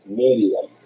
medium